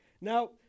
Now